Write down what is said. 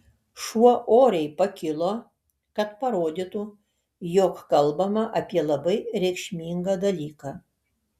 šuo oriai pakilo kad parodytų jog kalbama apie labai reikšmingą dalyką